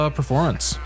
performance